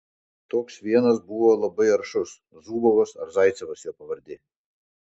toks vienas buvo labai aršus zubovas ar zaicevas jo pavardė